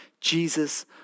Jesus